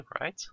right